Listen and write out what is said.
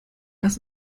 dass